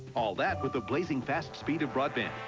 all that with a blazing fast speed of broadband.